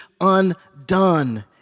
undone